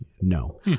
No